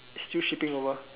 still shipping over